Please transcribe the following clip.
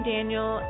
Daniel